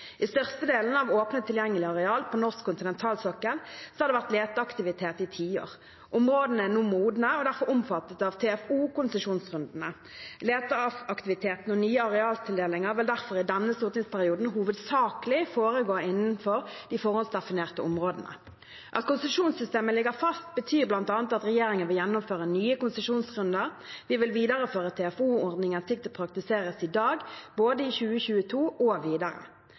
I størstedelen av åpnet, tilgjengelig areal på norsk kontinentalsokkel har det vært leteaktivitet i tiår. Områdene er nå modne og derfor omfattet av TFO-konsesjonsrundene. Leteaktiviteten og nye arealtildelinger vil derfor i denne stortingsperioden hovedsakelig foregå innenfor de forhåndsdefinerte områdene. At konsesjonssystemet ligger fast, betyr bl.a. at regjeringen vil gjennomføre nye konsesjonsrunder. Vi vil videreføre TFO-ordningen slik det praktiseres i dag, både i 2022 og videre.